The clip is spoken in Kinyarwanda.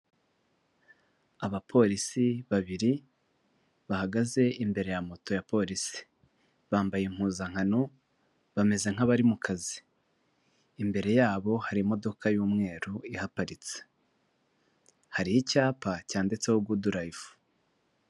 Abapolisi babiri bahagaze imbere ya moto ya polisi, bambaye impuzankano bameze nk'abari mu kazi, imbere yabo hari imodoka y'umweru iparitse, hari icyapa cyanditseho goodlife.